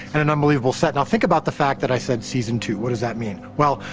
and an unbelievable set. now think about the fact that i said season two, what does that mean? well,